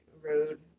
road